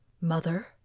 Mother